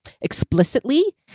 explicitly